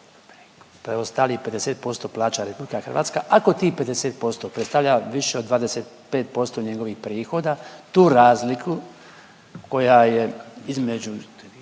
preostalih 50% plaća RH ako tih 50% predstavlja više od 25% njegovih prihoda, tu razliku koja je između